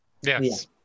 Yes